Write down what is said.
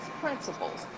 principles